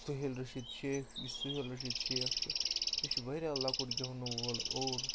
سُہیل رشیٖد شیخ یُس سُہیل رشیٖد شیخ چھُ یہِ چھُ واریاہ لۄکُٹ گٮ۪ونہٕ وول اور